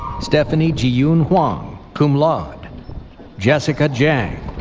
stephanie jeeyun hwang, cum laude jessica jang,